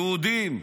יהודים,